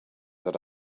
that